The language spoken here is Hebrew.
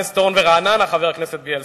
ורעננה, חבר הכנסת בילסקי.